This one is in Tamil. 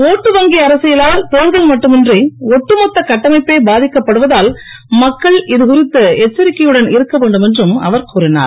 ஓட்டு வங்கி அரசியலால் தேர்தல் மட்டுமின்றி ஒட்டுமொத்த கட்டமைப்பே பாதிக்கப்படுவதால் மக்கள் இதுகுறித்து எச்சரிக்கையுடன் இருக்க வேண்டும் என்றும் அவர் கூறினார்